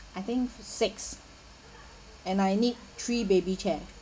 I think six and I need three baby chairs